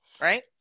right